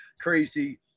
crazy